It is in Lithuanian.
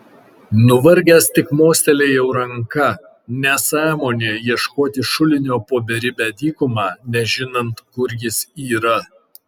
nuvargęs tik mostelėjau ranka nesąmonė ieškoti šulinio po beribę dykumą nežinant kur jis yra